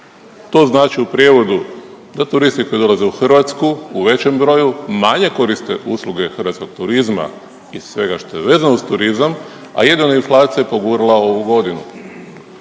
to znači u prijevodu da turisti koji dolaze u Hrvatsku u većem broju manje koriste usluge hrvatskog turizma i svega što je vezano uz turizam, a jedino inflacija je pogurala ovu godinu.